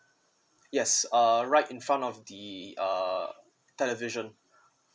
yes uh right in front of the uh television